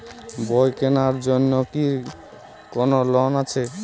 বই কেনার জন্য কি কোন লোন আছে?